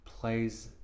plays